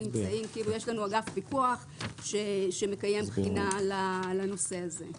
יש לנו אגף פיקוח שמקיים בחינה על הנושא הזה.